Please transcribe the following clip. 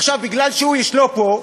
בגלל שהוא ישנו פה,